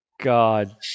God